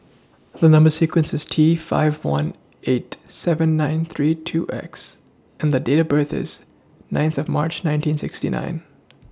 The Number sequence IS T five one eight seven nine three two X and Date of birth IS ninth of March nineteen sixty nine